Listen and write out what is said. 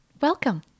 welcome